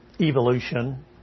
Evolution